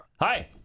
Hi